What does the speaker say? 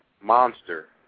monster